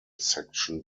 section